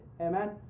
amen